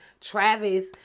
Travis